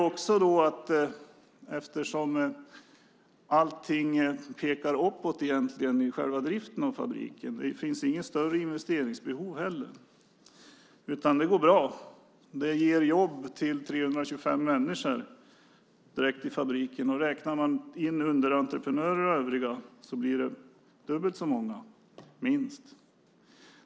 Egentligen pekar allting uppåt vad gäller själva driften av fabriken, och det finns inget större investeringsbehov utan det går bra. Verksamheten ger 325 personer jobb direkt i fabriken. Räknar man in 100 entreprenörer och övriga blir det dubbelt så många - minst!